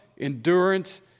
endurance